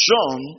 John